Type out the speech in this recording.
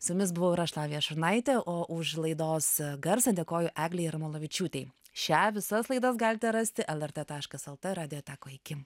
su jumis buvau ir aš lavija šurnaitė o už laidos garsą dėkoju eglei jarmalavičiūtei šią visas laidas galite rasti lrt taškas lt radiotekoj iki